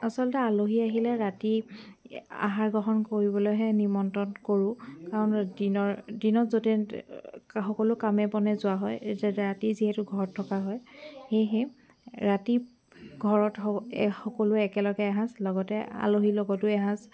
আচলতে আলহী আহিলে ৰাতি আহাৰ গ্ৰহণ কৰিবলেৈহে নিমন্ত্ৰণ কৰোঁ দিনত য'তে নাথাকক সকলো কামে বনে যোৱা হয় ৰাতি যিহেতু ঘৰত থকা হয় সেয়েহে ৰাতি ঘৰত সকলোৱে একেলগে এসাঁজ লগতে আলহীৰ লগতো এসাঁজ